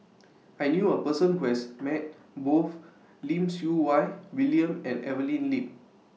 I knew A Person Who has Met Both Lim Siew Wai William and Evelyn Lip